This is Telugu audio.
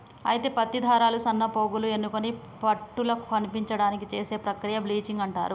అయితే పత్తి దారాలు సన్నపోగులు ఎన్నుకొని పట్టుల కనిపించడానికి చేసే ప్రక్రియ బ్లీచింగ్ అంటారు